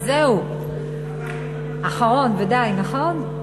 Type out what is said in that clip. זהו, אחרון ודי, נכון?